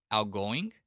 Outgoing